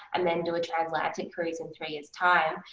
and then, do a transatlantic cruise in three years time.